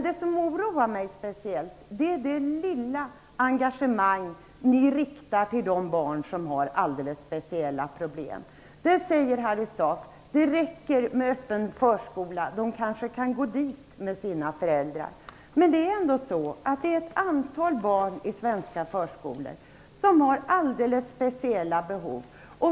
Det som oroar mig speciellt är det lilla engagemang ni visar för de barn som har alldeles speciella problem. Harry Staaf säger att det räcker med öppen förskola och att barnen kanske kan gå dit med sina föräldrar. Men det finns ett antal barn i svenska förskolor som har alldeles speciella behov.